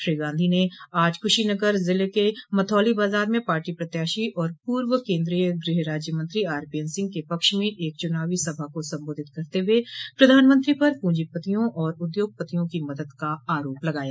श्री गांधी ने आज कुशीनगर जिले के मथौली बाजार में पार्टी प्रत्याशी और पूर्व केन्द्रीय गृह राज्य मंत्री आरपीएन सिंह के पक्ष में एक चुनावी सभा को संबोधित करते हुए प्रधानमंत्री पर पूंजीतियों और उद्योगपतियों को मदद का आरोप लगाया